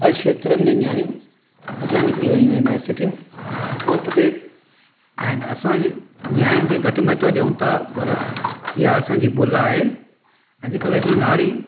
हर क्षेत्र में नियाणियूं अॻियां निकिरी वयूं आहिनि ऐं सुठियूं पोस्ट ते आहिनि असांजी नियाणी खे घटि महत्व ॾियूं था पर हीअ असांजी भुल आहे अॼुकल्ह जी नारी